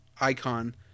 icon